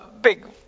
big